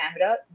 camera